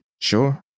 Sure